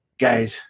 Guys